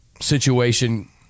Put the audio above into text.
situation